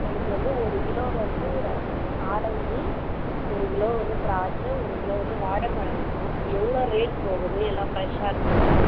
எனக்கு வந்து ஒரு கிலோ வந்து ஆரெஞ்சி ஒரு கிலோ வந்து திராட்சை ஒரு கிலோ வந்து வாழைப்பழம் வேணும் எவ்வளோ ரேட் போகுது எல்லாம் ஃப்ரெஷ்ஷாக இருக்குதுங்களா